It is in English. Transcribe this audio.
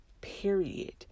period